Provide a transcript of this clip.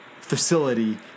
facility